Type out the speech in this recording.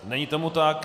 Není tomu tak.